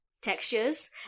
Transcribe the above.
textures